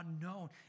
unknown